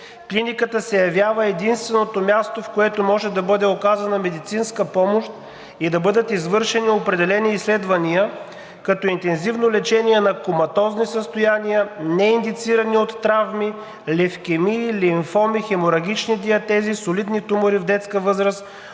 клиниката се явява единственото място, в което може да бъде оказана медицинска помощ и да бъдат извършени определени изследвания, като интензивно лечение на коматозни състояния, неиндицирани от травми, левкемии, лимфоми, хеморагични диатези, солидни тумори в детска възраст,